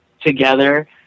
together